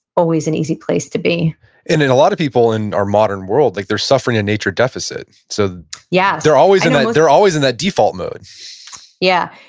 always an easy place to be and in a lot of people in our modern world, like they're suffering a nature deficit, so yeah they're always you know they're always in that default mode yeah,